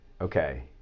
okay